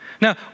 Now